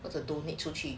或者 donate 出去